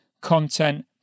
content